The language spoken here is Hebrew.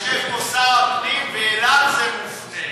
יושב פה שר הפנים ואליו זה מופנה.